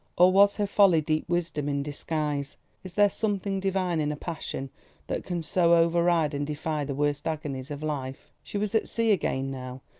or was her folly deep wisdom in disguise is there something divine in a passion that can so override and defy the worst agonies of life? she was at sea again now,